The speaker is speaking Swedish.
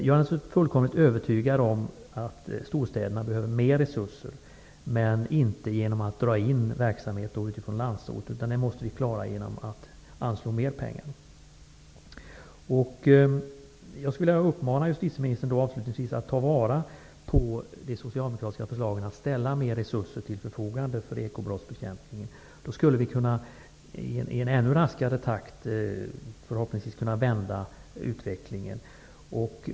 Jag är fullkomligt övertygad om att storstäderna behöver mera resurser, men inte genom att dra in resurser från verksamheten på landsorten. Det här måste vi klara genom att anslå mer pengar. Jag vill uppmana justitieministern att ta vara på de socialdemokratiska förslagen att ställa mer resurser till förfogande för bekämpningen av ekobrott. Då skulle vi i ännu raskare takt kunna vända utvecklingen.